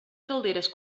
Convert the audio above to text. calderes